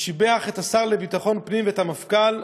ששיבח את השר לביטחון פנים ואת המפכ"ל,